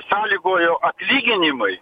sąlygojo atlyginimai